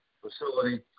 facility